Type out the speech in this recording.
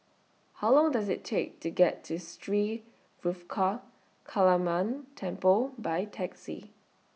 How Long Does IT Take to get to Sri Ruthra Kaliamman Temple By Taxi